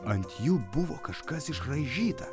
ant jų buvo kažkas išraižyta